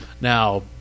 Now